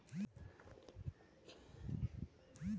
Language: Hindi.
पी.एम.जे.डी योजना से हर व्यक्ति अपना खाता शून्य बैलेंस पर खोल सकता है